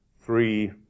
three